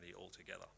altogether